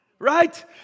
right